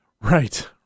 Right